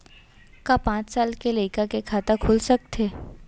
का पाँच साल के लइका के खाता खुल सकथे?